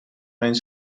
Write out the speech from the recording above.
mijn